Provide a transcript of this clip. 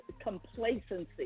complacency